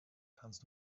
kannst